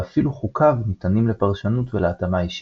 ואפילו "חוקיו" ניתנים לפרשנות ולהתאמה אישית.